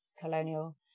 colonial